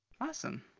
Awesome